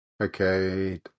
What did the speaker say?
okay